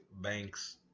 banks